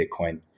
Bitcoin